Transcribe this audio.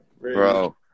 Bro